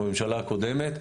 בממשלה הקודמת,